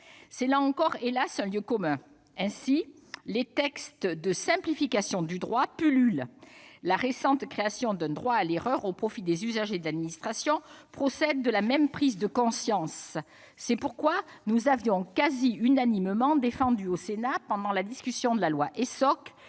C'est là encore, hélas, un lieu commun. Ainsi, les textes de simplification du droit pullulent. La récente création d'un droit à l'erreur au profit des usagers de l'administration procède de la même prise de conscience. C'est pourquoi nous avions quasi unanimement défendu au Sénat, pendant la discussion de la loi Essoc,